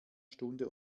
stunde